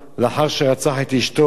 לאחר שרצח את אשתו,